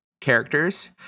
characters